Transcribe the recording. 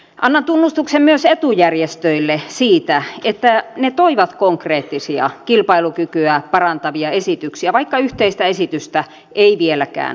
annan tunnustuksen myös etujärjestöille siitä että ne toivat konkreettisia kilpailukykyä parantavia esityksiä vaikka yhteistä esitystä ei vieläkään syntynyt